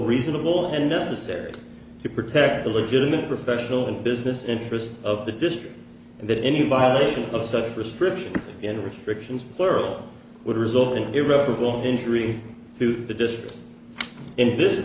reasonable and necessary to protect the legitimate professional and business interests of the district and that any violation of such prescription and reflection is plural would result in irreparable injury to the district in this